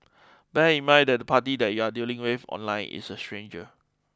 bear in mind that the party that you are dealing with online is a stranger